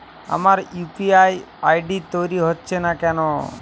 আমার UPI ID তৈরি হচ্ছে না কেনো?